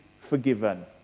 forgiven